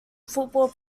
football